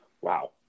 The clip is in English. wow